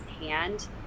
hand